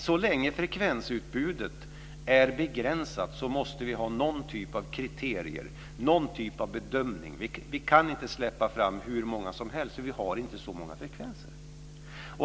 Så länge frekvensutbudet är begränsat måste vi ha någon typ av kriterier, någon typ av bedömning. Vi kan inte släppa fram hur många som helst för det finns inte så många frekvenser.